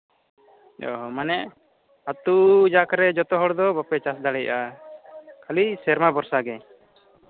ᱢᱟᱱᱮ ᱟᱹᱛᱩ ᱡᱟᱠ ᱨᱮ ᱢᱟᱱᱮ ᱡᱚᱛᱚ ᱦᱚᱲ ᱫᱚ ᱵᱟᱯᱮ ᱪᱟᱥ ᱫᱟᱲᱮᱭᱟᱜᱼᱟ ᱠᱷᱟᱹᱞᱤ ᱥᱮᱨᱢᱟ ᱵᱷᱚᱨᱥᱟ ᱜᱮ